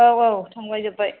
औ औ थांबाय जोब्बाय